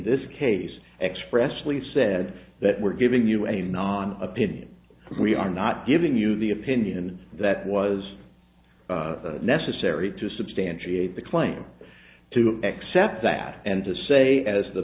expressly said that we're giving you a non opinion we are not giving you the opinion that was necessary to substantiate the claim to accept that and to say as the